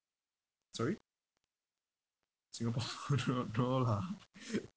sorry singapore no no lah